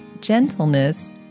gentleness